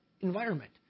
environment